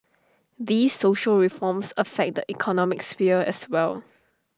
these social reforms affect the economic sphere as well